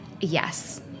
Yes